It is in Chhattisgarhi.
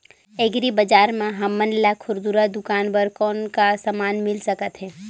एग्री बजार म हमन ला खुरदुरा दुकान बर कौन का समान मिल सकत हे?